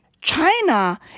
China